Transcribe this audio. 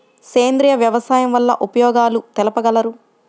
సేంద్రియ వ్యవసాయం వల్ల ఉపయోగాలు తెలుపగలరు?